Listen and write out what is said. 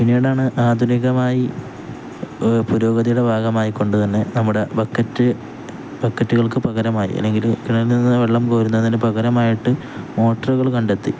പിന്നീടാണ് ആധുനികമായി പുരോഗതിയുടെ ഭാഗമായിക്കൊണ്ടുതന്നെ നമ്മുടെ ബക്കറ്റ് ബക്കറ്റുകൾക്കു പകരമായി അല്ലെങ്കില് കിണറിൽനിന്നു വെള്ളം കോരുന്നതിനു പകരമായിട്ട് മോട്ടോറുകൾ കണ്ടെത്തി